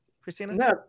Christina